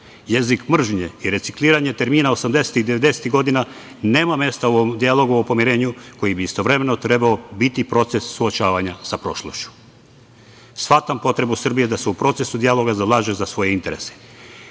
Jeziku mržnje i recikliranju termina osamdesetih, devedesetih godina nema mesta u ovom dijalogu o pomirenju, koji bi istovremeno trebao biti proces suočavanja sa prošlošću. Shvatam potrebu Srbije da se u procesu dijaloga zalaže za svoje interese,